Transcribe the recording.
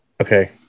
Okay